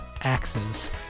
axes